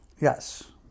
Yes